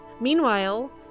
Meanwhile